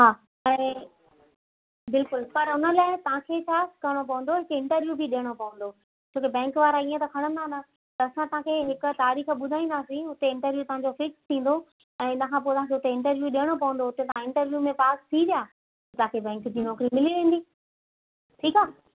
हा ऐं बिल्कुलु पर उन लाइ तव्हांखे छा करिणो पवंदो की इंटरव्यू बि ॾियणो पवंदो छो त बैंक वारा ईअं त खणंदा न त असां तव्हांखे हिकु तारीख़ ॿुधाईंदासीं उते इंटरव्यू तव्हांजो फ़िक्स थींदो ऐं इन खां पोइ तव्हांखे उते इंटरव्यू ॾियणो पवंदो उते तव्हां इंटरव्यू में पास थी विया तव्हांखे बैंक जी नौकिरी मीली वेंदी ठीकु आहे